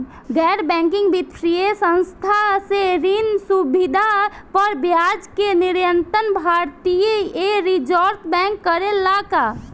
गैर बैंकिंग वित्तीय संस्था से ऋण सुविधा पर ब्याज के नियंत्रण भारती य रिजर्व बैंक करे ला का?